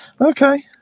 Okay